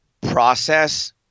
process